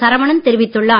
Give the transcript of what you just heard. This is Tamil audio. சரவணன் தெரிவித்துள்ளார்